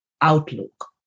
outlook